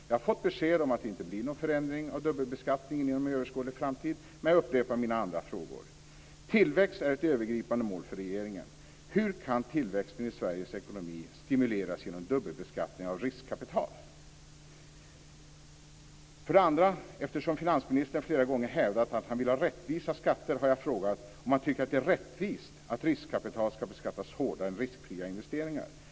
Jag har fått besked om att det blir någon förändring av dubbelbeskattningen inom överskådlig framtid, men jag upprepar mina andra frågor. Tillväxt är ett övergripande mål för regeringen. Hur kan tillväxten i Sveriges ekonomi stimuleras genom dubbelbeskattning av riskkapital? Eftersom finansministern flera gånger hävdat att han vill ha rättvisa skatter vill jag fråga om han tycker att det är rättvist att riskkapital skall beskattas hårdare än riskfria investeringar.